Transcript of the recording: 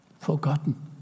forgotten